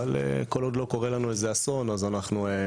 אבל כל עוד לא קורה לנו אסון אנחנו מתגלגלים